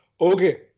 Okay